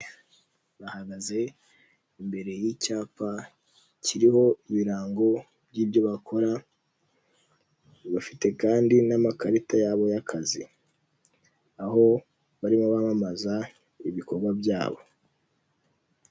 Bahagaze imbere y'icyapa kiriho ibirango by'ibyo bakora, bafite kandi n'amakarita yabo y'akazi. Aho barimo bamamaza ibikorwa byabo.